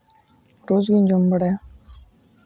ᱨᱳᱡᱽᱜᱤᱧ ᱡᱚᱢ ᱵᱟᱲᱟᱭᱟ